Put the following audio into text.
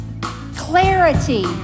clarity